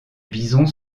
bisons